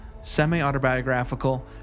semi-autobiographical